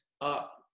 up